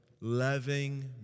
loving